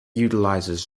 utilizes